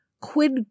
quid